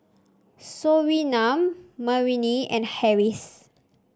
Surinam Murni and Harris